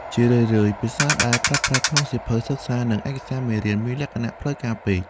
ជារឿយៗ ភាសាដែលប្រើប្រាស់ក្នុងសៀវភៅសិក្សា និងឯកសារបង្រៀនមានលក្ខណៈផ្លូវការពេក។